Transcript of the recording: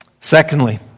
Secondly